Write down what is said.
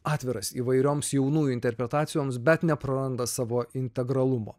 atviras įvairioms jaunų interpretacijoms bet nepraranda savo integralumo